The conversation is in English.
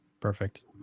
Perfect